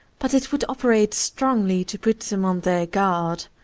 but it would operate strongly to put them on their guard.